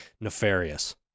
nefarious